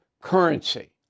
currency